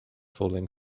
falling